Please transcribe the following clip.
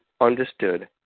understood